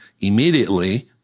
immediately